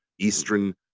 eastern